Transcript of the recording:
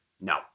No